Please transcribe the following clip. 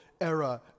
era